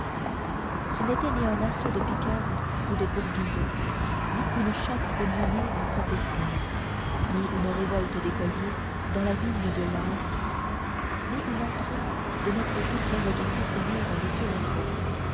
ce n'était ni un assaut de picards ou de bourguignons ni une châsse menée en procession ni une révolte d'écoliers dans la vigne de laas ni une entrée de notre dit très redouté seigneur monsieur le